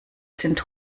sind